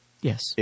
Yes